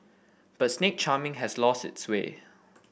but snake charming has lost its sway